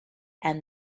and